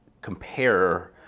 compare—